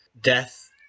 death